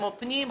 כמו ועדת הפנים,